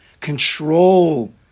control